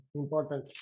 important